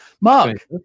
mark